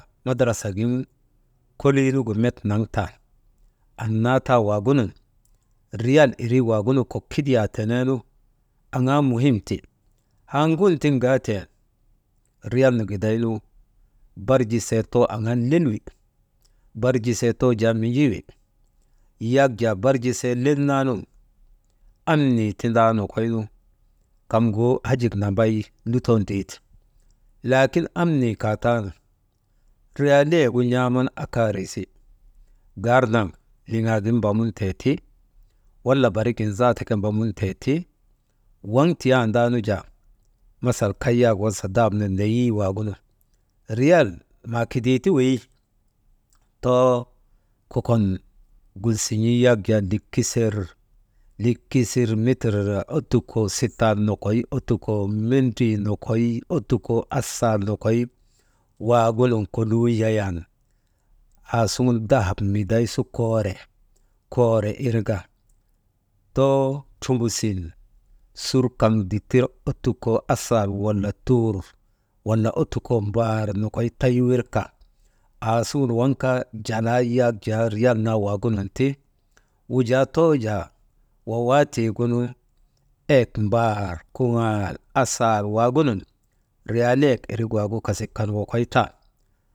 Madarasgin kolii nugu met naŋtan, annaa taa wagunun riyal irii waagunu kok kidiyaa teneenu, aŋaa muhim ti, haa ŋun tiŋ gaaten riyal nu gidaynu barjisee too aŋaa lel wi barjisee too jaa Minji wi yak jaa barjisee lel naanun amnii tindaa nokoynu kaŋgu hajik nambay lutooo ndriite, laakin amnii kaataanu riyeeyek gu n̰aaman akari zi, garnaŋ liŋaagin mbamuntee ti wala barik gin zaata mbamun tee ti, waŋ tiyandaanu jaa masal kay yak wasa dahab nun neyii wagunu riyal makidii ti weyi, too kokon gulsin̰ii yak jaa likeser, likisir mitir ottukoo sittal nokoy, ottukoo mendrii nokoy ottukoo asaal nokoy, waagunun koluu yayan aasuŋun dahab miday su koore, koree irka too trumbusin sur kaŋ dittir ottukoo asaal wala tuur, wala ottukoo mbaar nokoy taywirka aasuŋ waŋ kaa jalaa riyal naa waŋ ginak ti, wujaa too jaa wawaatiigunu eyek yak mbaar, kuŋaal asaal waagu nun riyaleyek irik waagu kasik kan wokoytan.